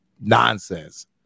Nonsense